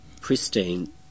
pristine